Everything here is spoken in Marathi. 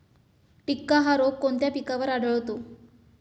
टिक्का हा रोग कोणत्या पिकावर आढळतो?